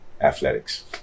athletics